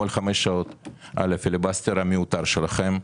חמש שעות על הפיליבסטר המיותר שלכם,